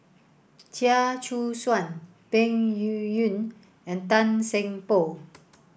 Chia Choo Suan Peng Yuyun and Tan Seng Poh